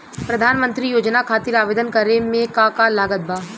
प्रधानमंत्री योजना खातिर आवेदन करे मे का का लागत बा?